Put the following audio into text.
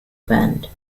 band